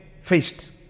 faced